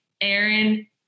Aaron